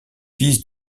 fils